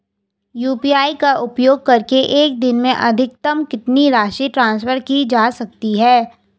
UPI का उपयोग करके एक दिन में अधिकतम कितनी राशि ट्रांसफर की जा सकती है?